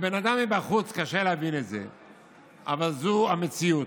בבחירות לאספה המכוננת בכנסת הראשונה,